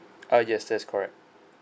uh yes that's correct